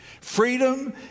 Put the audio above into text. Freedom